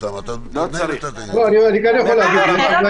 ואם מבחינת דברים